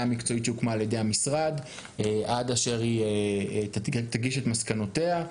המקצועית שהוקמה ע"י המשרד עד אשר היא תגיש את מסקנותיה.